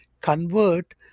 convert